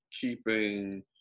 keeping